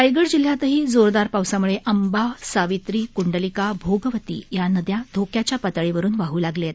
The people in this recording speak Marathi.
रायगड जिल्ह्यातही जोरदार पावसाम्ळे अंबा सावित्री क्ंडलिका भोगावती या नद्या धोक्याच्या पातळीवरून वाह लागल्या आहेत